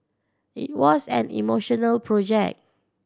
it was an emotional project